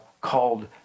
called